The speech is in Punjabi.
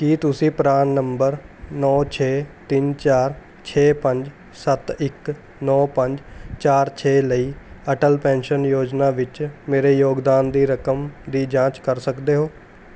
ਕੀ ਤੁਸੀਂ ਪਰਾਨ ਨੰਬਰ ਨੌਂ ਛੇ ਤਿੰਨ ਚਾਰ ਛੇ ਪੰਜ ਸੱਤ ਇੱਕ ਨੌਂ ਪੰਜ ਚਾਰ ਛੇ ਲਈ ਅਟਲ ਪੈਨਸ਼ਨ ਯੋਜਨਾ ਵਿੱਚ ਮੇਰੇ ਯੋਗਦਾਨ ਦੀ ਰਕਮ ਦੀ ਜਾਂਚ ਕਰ ਸਕਦੇ ਹੋ